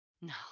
No